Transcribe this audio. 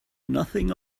nothing